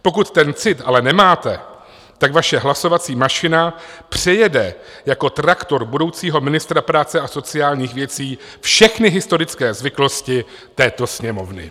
Pokud ten cit ale nemáte, tak vaše hlasovací mašina přejede jako traktor budoucího ministra práce a sociálních věcí všechny historické zvyklosti této Sněmovny.